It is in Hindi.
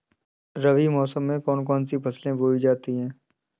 रबी मौसम में कौन कौन सी फसलें बोई जाती हैं?